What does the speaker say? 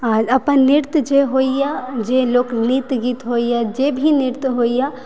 आ अपन नृत्य जे होइए जे लोक नृत्य गीत होइए जे भी नृत्य होइए